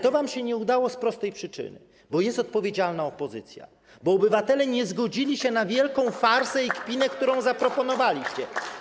To wam się nie udało z prostej przyczyny - bo jest odpowiedzialna opozycja, bo obywatele nie zgodzili się na wielką farsę i kpinę, którą zaproponowaliście.